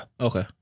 Okay